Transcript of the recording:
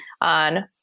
on